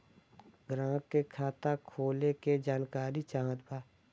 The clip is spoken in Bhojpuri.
ग्राहक के खाता खोले के जानकारी चाहत बा?